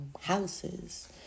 houses